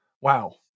Wow